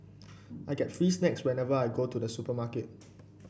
I get free snacks whenever I go to the supermarket